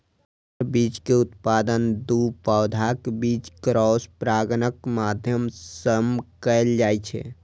संकर बीज के उत्पादन दू पौधाक बीच क्रॉस परागणक माध्यम सं कैल जाइ छै